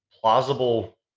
plausible